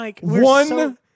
one